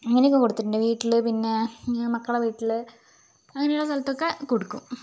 അങ്ങനെയൊക്കെ കൊടുത്തിട്ടുണ്ട് വീട്ടില് പിന്നേ മക്കളുടെ വീട്ടില് അങ്ങനെയുള്ള സ്ഥലത്തൊക്കെ കൊടുക്കും